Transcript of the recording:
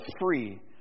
free